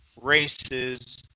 races